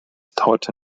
dauerte